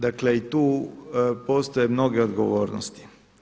Dakle, i tu postoje mnoge odgovornosti.